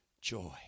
joy